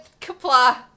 Kapla